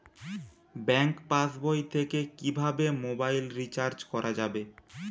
Bank পাশবই থেকে কিভাবে মোবাইল রিচার্জ করা যাবে?